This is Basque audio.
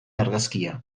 argazkia